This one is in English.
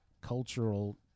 cultural